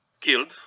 killed